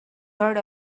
heard